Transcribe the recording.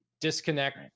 Disconnect